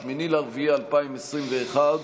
8 באפריל 2021,